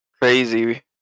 crazy